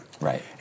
Right